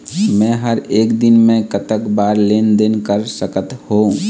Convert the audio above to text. मे हर एक दिन मे कतक बार लेन देन कर सकत हों?